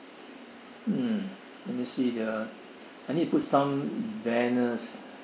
mm let me see here I need put some banners